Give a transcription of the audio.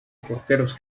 porteros